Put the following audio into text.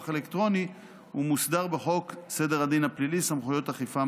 אלקטרוני" ומוסדר בחוק סדר הדין הפלילי (סמכויות אכיפה,